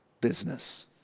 business